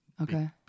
Okay